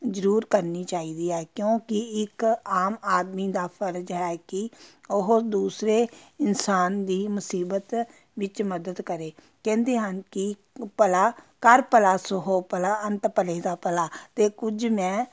ਜ਼ਰੂਰ ਕਰਨੀ ਚਾਹੀਦੀ ਹੈ ਕਿਉਂਕਿ ਇੱਕ ਆਮ ਆਦਮੀ ਦਾ ਫਰਜ਼ ਹੈ ਕਿ ਉਹ ਦੂਸਰੇ ਇਨਸਾਨ ਦੀ ਮੁਸੀਬਤ ਵਿੱਚ ਮਦਦ ਕਰੇ ਕਹਿੰਦੇ ਹਨ ਕਿ ਭਲਾ ਕਰ ਭਲਾ ਸੋ ਹੋ ਭਲਾ ਅੰਤ ਭਲੇ ਦਾ ਭਲਾ ਅਤੇ ਕੁਝ ਮੈਂ